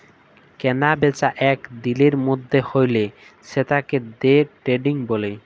কেলা বেচা এক দিলের মধ্যে হ্যলে সেতাকে দে ট্রেডিং ব্যলে